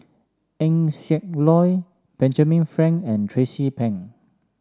Eng Siak Loy Benjamin Frank and Tracie Pang